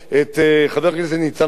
את חבר הכנסת ניצן הורוביץ,